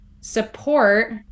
support